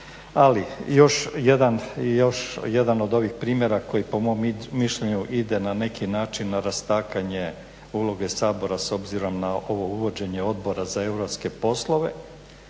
Ali još jedan od ovih primjera koji po mom mišljenju ide na neki način na rastakanje uloge Sabora s obzirom na ovo uvođenje Odbora za europske poslove.